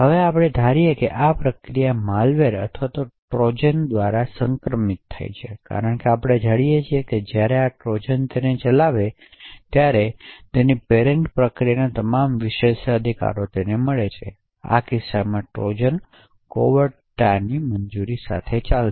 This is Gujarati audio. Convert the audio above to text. હવે આપણે ધારીએ કે આ પ્રક્રિયા માલવેર અથવા ટ્રોજન દ્વારા સંક્રમિત છે કારણ કે આપણે જાણીએ છીએ કે જ્યારે આ ટ્રોજન તેને ચલાવે છે ત્યારે તેની પેરેંટ પ્રક્રિયાના તમામ વિશેષાધિકારોનો વારસો મેળવે છે આ કિસ્સામાં ટ્રોજન કોવેર્ટતાના મંજૂરી સાથે ચાલશે